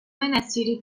نصیری